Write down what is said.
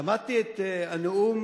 שמעתי את הנאום